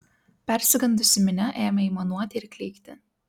persigandusi minia ėmė aimanuoti ir klykti